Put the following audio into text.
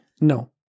No